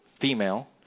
female